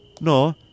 No